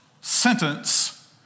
sentence